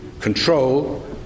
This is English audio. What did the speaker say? control